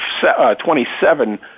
27